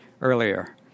earlier